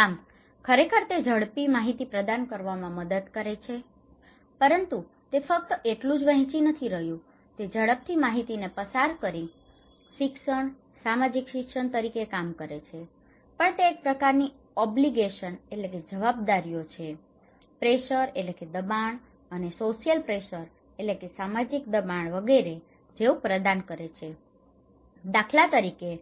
આમ ખરેખર તે ઝડપી માહિતી પ્રદાન કરવામાં મદદ કરે છે પરંતુ તે ફક્ત એટલું જ વહેંચી નથી રહ્યું તે ઝડપથી માહિતીને પસાર કરીને શિક્ષણ સામાજિક શિક્ષણ તરીકે કામ કરે છે પણ તે એક પ્રકારની ઓબલીગેશન obligation જવાબદારીઓ પ્રેશર pressure દબાણ અને સોશિયલ પ્રેશર social pressure સામાજિક દબાણ વિગેરે જેવું પ્રદાન કરે છે દાખલા તરીકે